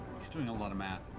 he's doing a lot of math.